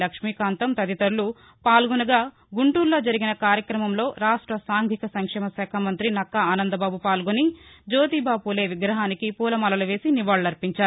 లక్ష్మీకాంతం తదితరులు పాల్గొనగాగుంటూరులో జరిగిన కార్యక్రమంలో రాష్ట సాంఘిక సంక్షేమ శాఖ మంతి నక్కా ఆనందబాబు పాల్గొని జ్యోతిబా పూలే విగ్రహానికి పూలమాలలు వేసి నివాళు లర్పించారు